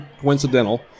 coincidental